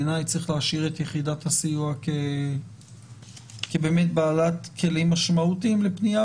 בעיני צריך להשאיר את יחידת הסיוע כבעלת כלים משמעותיים לפנייה